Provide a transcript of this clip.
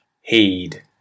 heed